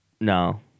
No